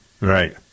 Right